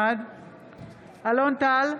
בעד אלון טל,